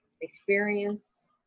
experience